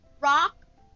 rock